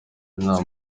nta